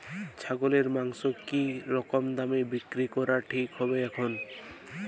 ছাগলের মাংস কী রকম দামে বিক্রি করা ঠিক হবে এখন?